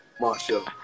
Marshall